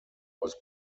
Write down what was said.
was